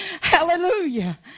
Hallelujah